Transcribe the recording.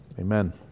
amen